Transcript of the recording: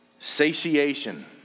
satiation